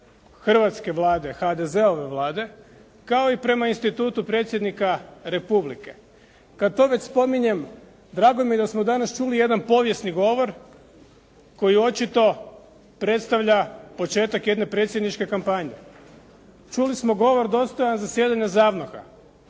Hrvatske Vlade, HDZ-ove Vlade kao i prema institutu Predsjednika republike. Kad to već spominjem, drago mi je da smo danas čuli jedan povijesni govor koji očito predstavlja početak jedne predsjedničke kampanje. Čuli smo govor dostojan zasjedanja ZAVNOH-a